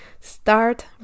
start